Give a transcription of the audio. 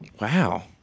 Wow